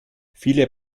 viele